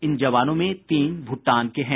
इन जवानों में तीन भूटान के हैं